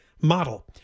model